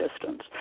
distance